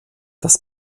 das